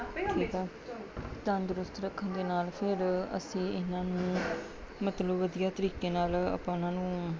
ਠੀਕ ਆ ਤੰਦਰੁਸਤ ਰੱਖਣ ਦੇ ਨਾਲ ਫਿਰ ਅਸੀਂ ਇਹਨਾਂ ਨੂੰ ਮਤਲਬ ਵਧੀਆ ਤਰੀਕੇ ਨਾਲ ਆਪਾਂ ਉਹਨਾਂ ਨੂੰ